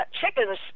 chickens